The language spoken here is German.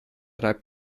reibt